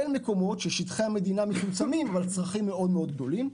אל מקומות ששטחי המדינה מצומצמים אבל הצרכים מאוד מאוד גדולים.